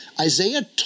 Isaiah